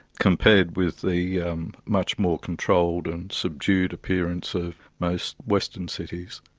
compared with the um much more controlled and subdued appearance of most western cities.